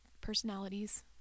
personalities